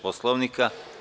Poslovnika?